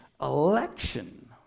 election